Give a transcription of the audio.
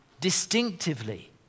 distinctively